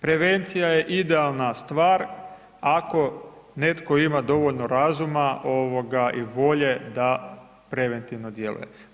Prevencija je idealna stvar ako netko ima dovoljno razuma i volje da preventivno djeluje.